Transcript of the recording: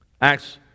Acts